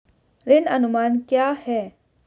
ऋण अनुमान क्या है?